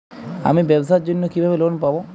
আমি ব্যবসার জন্য কিভাবে লোন পাব?